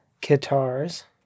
guitars